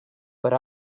but